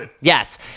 Yes